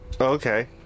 Okay